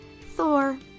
Thor